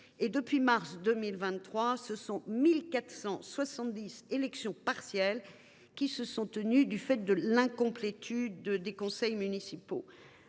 de mars 2023, 1 466 élections partielles se sont tenues du fait de l’incomplétude des conseils municipaux.